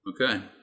Okay